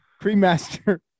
pre-master